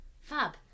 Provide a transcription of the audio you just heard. Fab